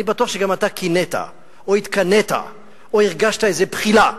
אני בטוח שגם אתה קינאת או התקנאת או הרגשת איזו בחילה